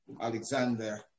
Alexander